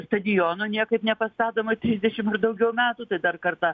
stadiono niekaip nepastatoma trisdešimt ir daugiau metų tai dar kartą